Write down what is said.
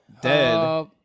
Dead